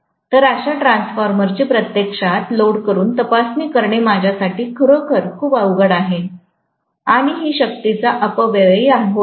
तर अशा ट्रान्सफॉर्मर ची प्रत्यक्षात लोड करुन तपासणी करणे माझ्यासाठी खरोखर अवघड आहे आणि ही शक्तीचा अपव्यय होईल